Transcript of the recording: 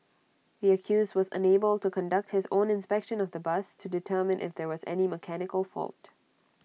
the accused was unable to conduct his own inspection of the bus to determine if there was any mechanical fault